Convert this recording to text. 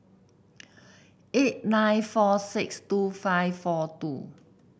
eight nine four six two five four two